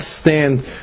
stand